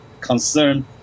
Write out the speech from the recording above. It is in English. concern